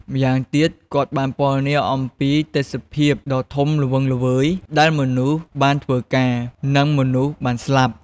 ម្យ៉ាងទៀតគាត់បានពណ៌នាអំពីទេសភាពដ៏ធំល្វឹងល្វើយដែលមនុស្សបានធ្វើការ និងមនុស្សបានស្លាប់។